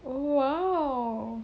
!wow!